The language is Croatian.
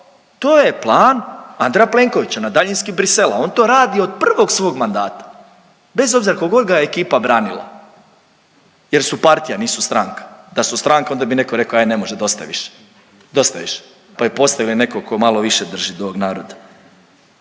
to je plan Andreja Plenkovića na daljinski Brisela, on to radi od prvog svog mandata bez obzira kolko god ga ekipa branila jer su partija, nisu stranka, da su stranka onda bi neko rekao aje ne može, dosta je više, dosta je više, pa bi postavili nekog ko malo više drži do ovog naroda.